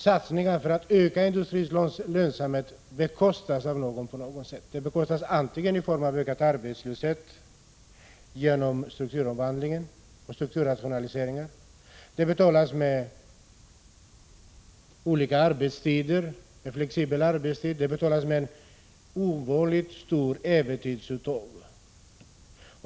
Satsningar för att öka industrins lönsamhet bekostas på något sätt, antingen i form av ökad arbetslöshet genom strukturomvandling och strukturrationalisering, eller med t.ex. flexibel arbetstid och ett ovanligt stort övertidsuttag.